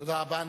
תודה רבה.